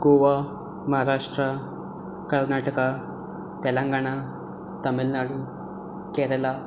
Goa Maharashtra Karnataka तेलांगणां Tamil Nadu Kerala